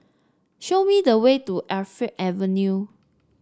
show me the way to Alkaff Avenue